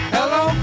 Hello